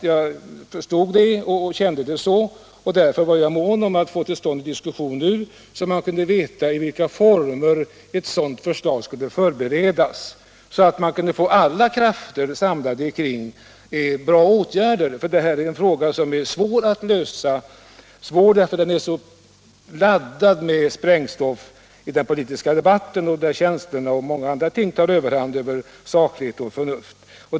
Jag kände det så, och därför var jag mån om att nu få till stånd en diskussion så att man kunde få veta i vilka former ett sådant här förslag skulle förberedas och så att vi kunde få alla krafter samlade kring bra åtgärder. Denna fråga är nämligen svår att lösa, eftersom den är så laddad med sprängstoff i dén politiska debatten att känslor kan ta överhand över saklighet och förnuft.